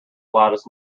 loudest